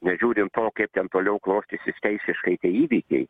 nežiūrint to kaip ten toliau klostysis teisiškai tie įvykiai